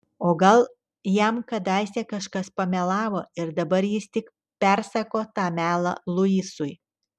o gal jam kadaise kažkas pamelavo ir dabar jis tik persako tą melą luisui